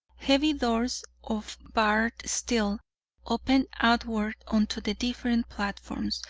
heavy doors of barred steel open outward onto the different platforms,